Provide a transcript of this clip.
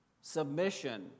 Submission